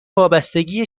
وابستگیه